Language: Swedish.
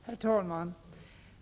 Herr talman!